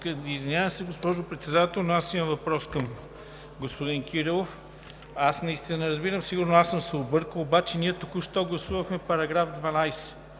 Извинявам се, госпожо Председател, но аз имам въпрос към господин Кирилов. Наистина не разбирам, сигурно аз съм се объркал, обаче ние току-що гласувахме § 12